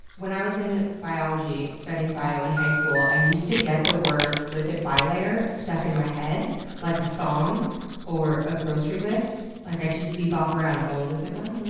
when i was in biology studying bio in high school i used to get the words lipid bilayer stuck in my head like a song or a grocery list. like, i'd just b-bop around going, lipid but bilayer,